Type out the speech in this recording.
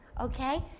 Okay